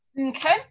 Okay